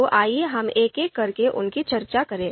तो आइए हम एक एक करके उनकी चर्चा करें